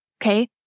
okay